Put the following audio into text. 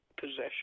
possession